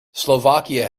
slovakia